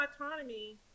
autonomy